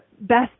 best